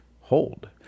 hold